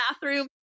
bathroom